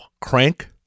crank